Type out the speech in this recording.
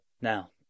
Now